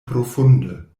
profunde